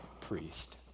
priest